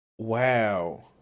Wow